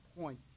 point